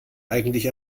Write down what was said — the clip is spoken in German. eigentlich